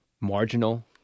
marginal